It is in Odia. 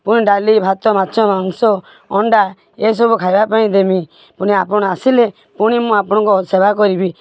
ପୁଣି ଡାଲି ଭାତ ମାଛ ମାଂସ ଅଣ୍ଡା ଏସବୁ ଖାଇବା ପାଇଁ ଦେବି ପୁଣି ଆପଣ ଆସିଲେ ପୁଣି ମୁଁ ଆପଣଙ୍କ ସେବା କରିବି